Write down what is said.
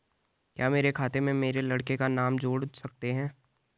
क्या मेरे खाते में मेरे लड़के का नाम जोड़ सकते हैं?